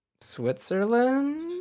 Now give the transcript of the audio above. Switzerland